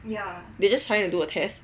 they just trying to do a test